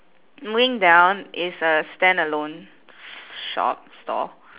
moving down is a standalone shop store